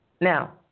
Now